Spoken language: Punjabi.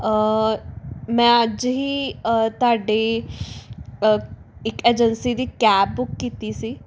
ਮੈਂ ਅੱਜ ਹੀ ਤੁਹਾਡੀ ਇੱਕ ਏਜੰਸੀ ਦੀ ਕੈਬ ਬੁੱਕ ਕੀਤੀ ਸੀ